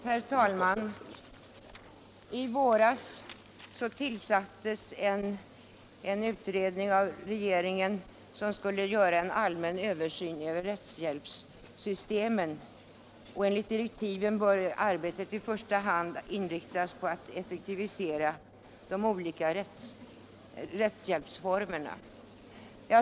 Herr talman! I våras tillsatte regeringen en utredning som skulle göra en allmän översyn av rättshjälpssystemet. Enligt direktiven bör arbetet i första hand inriktas på att effektivisera de olika rättshjälpsformerna.